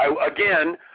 Again